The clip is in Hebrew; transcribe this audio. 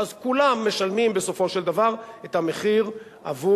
ואז כולם משלמים בסופו של דבר את המחיר עבור